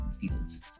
fields